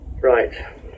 Right